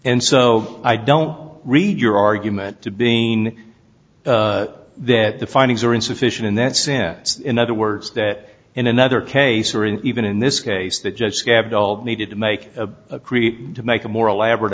and so i don't read your argument to being that the findings are insufficient in that sense in other words that in another case or even in this case the judge scabbed all needed to make a create to make a more elaborate